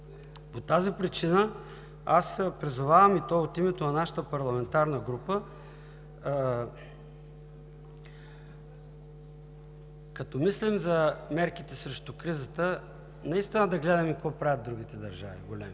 По тази причина аз призовавам, и то от името на нашата парламентарна група, като мислим за мерките срещу кризата, наистина да гледаме какво правят другите държави, големите.